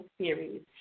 series